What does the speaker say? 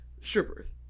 strippers